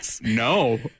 No